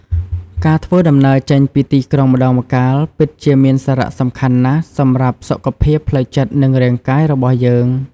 ការធ្វើដំណើរចេញពីទីក្រុងម្តងម្កាលពិតជាមានសារៈសំខាន់ណាស់សម្រាប់សុខភាពផ្លូវចិត្តនិងរាងកាយរបស់យើង។